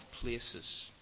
places